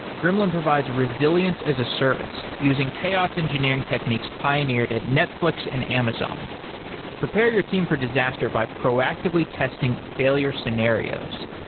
gremlin provides resilience as a service using chaos engineering techniques pioneered at netflix and amazon prepare your team for disaster by proactively testing failure scenarios.